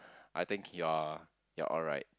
I think you're you're alright